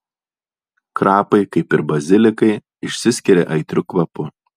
krapai kaip ir bazilikai išsiskiria aitriu kvapu